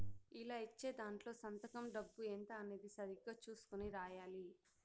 ఇలా ఇచ్చే దాంట్లో సంతకం డబ్బు ఎంత అనేది సరిగ్గా చుసుకొని రాయాలి